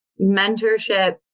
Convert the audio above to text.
mentorship